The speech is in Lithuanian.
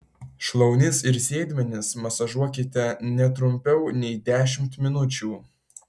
šlaunis ir sėdmenis masažuokite ne trumpiau nei dešimt minučių